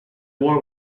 war